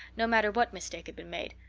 no matter what mistake had been made,